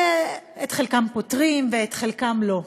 ואת חלקם פותרים ואת חלקם לא.